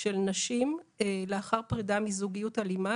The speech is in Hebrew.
של נשים לאחר פרידה בזוגיות אלימה,